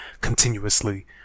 continuously